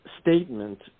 statement